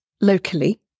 locally